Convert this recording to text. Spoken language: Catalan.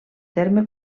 terme